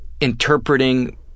interpreting